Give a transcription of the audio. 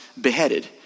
beheaded